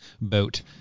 boat